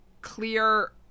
clear